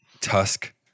Tusk